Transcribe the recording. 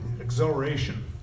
exhilaration